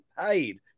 paid